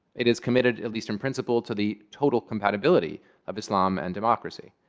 it is committed, at least in principle, to the total compatibility of islam and democracy.